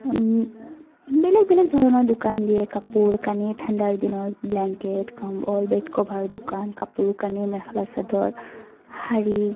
বেলেগ বেলেগ ধৰণৰ দোকান দিয়ে কাপোৰ কানি ঠাণ্ডাৰ দিনত ব্লেংকেট কম্বল বেড কভাৰৰ দোকান কাপোৰ কানি মেখেলা চাদৰ শাৰী